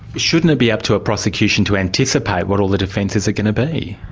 shouldn't it be up to a prosecution to anticipate what all the defences are going to be?